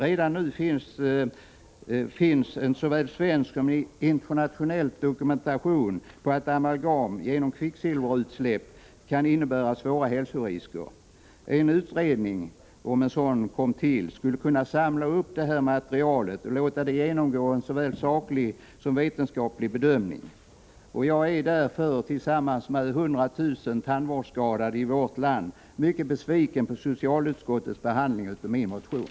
Redan nu finns såväl svensk som internationell dokumentation på att amalgam genom kvicksilverutsläpp kan innebära svåra hälsorisker. En utredning — om en sådan kom till stånd — skulle kunna samla upp materialet och låta det undergå en såväl saklig som vetenskaplig bedömning. Jag är, tillsammans med 100 000 tandvårdsskadade i vårt land, mycket besviken på socialutskottets behandling av min motion.